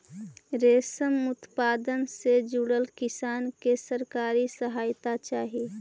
रेशम उत्पादन से जुड़ल किसान के सरकारी सहायता चाहि